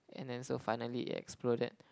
and then so finally it exploded